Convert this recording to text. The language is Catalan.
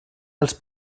els